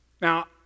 Now